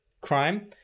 crime